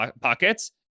pockets